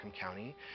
County